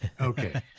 Okay